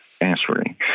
answering